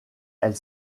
elle